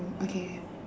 okay